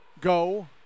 go